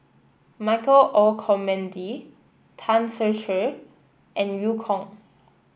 Michael Olcomendy Tan Ser Cher and Eu Kong